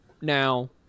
Now